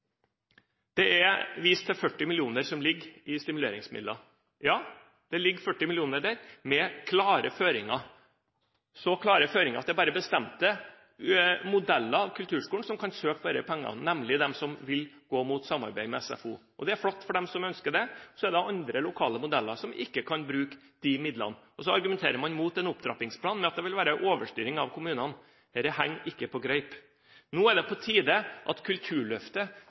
Det er vist til 40 mill. kr i stimuleringsmidler. Ja, det ligger 40 mill. kr der, med klare føringer – så klare føringer at det bare er bestemte modeller av kulturskolen som kan søke om disse pengene, nemlig de som vil gå mot et samarbeid med SFO. Det er flott for dem som ønsker det. Det er andre lokale modeller som ikke kan bruke de midlene, og så argumenterer man mot en opptrappingsplan med at det vil være en overstyring av kommunene. Dette henger ikke på greip! Nå er det på tide at Kulturløftet